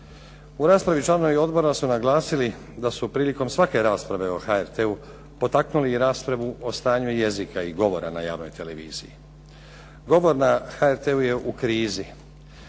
U raspravi članovi odbora su naglasili da su prilikom svake rasprave o HRT-u potaknuli i raspravu o stanju jezika i govora na javnoj televiziji. Govor na HRT-u je u krizi